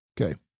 Okay